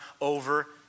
over